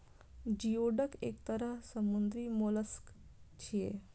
geoduck एक तरह समुद्री मोलस्क छियै